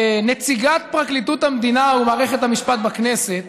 נציגת פרקליטות המדינה ומערכת המשפט בכנסת,